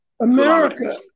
America